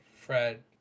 Fred